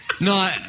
no